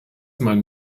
man